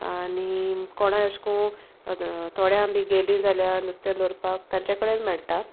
आनी कोणा अेशकू थोड्यां बी गेलीं जाल्यार नुस्तें दवरपाक तांचे कडेन मेळटा